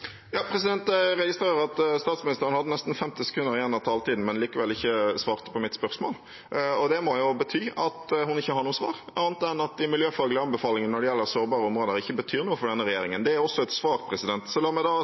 Jeg registrerte at statsråden hadde nesten 50 sekunder igjen av taletiden, men allikevel ikke svarte på mitt spørsmål. Det må jo bety at hun ikke har noe svar annet enn at de miljøfaglige anbefalingene når det gjelder sårbare områder, ikke betyr noe for denne regjeringen. Men det er også et svar. La meg da